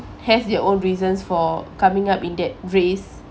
has their own reasons for coming up in that race